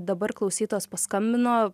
dabar klausytojas paskambino